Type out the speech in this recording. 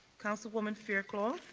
councilwoman fairclough. ah